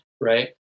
right